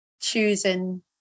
choosing